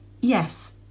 Yes